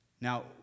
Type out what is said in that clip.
Now